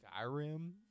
Skyrim